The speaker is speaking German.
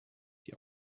die